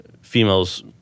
females